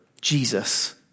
Jesus